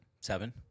Seven